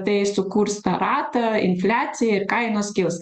tai sukurs tą ratą infliacija ir kainos kils